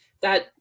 that-